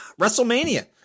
Wrestlemania